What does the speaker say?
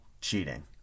cheating